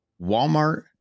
Walmart